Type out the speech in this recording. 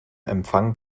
empfang